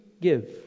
give